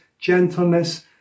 gentleness